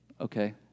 okay